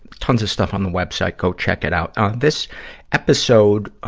tons of stuff on the web site go check it out. this episode, ah,